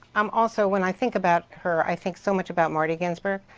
um also when i think about her, i think so much about marty ginsburg.